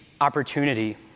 opportunity